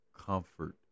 comfort